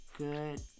good